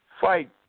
fight